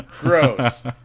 gross